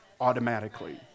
automatically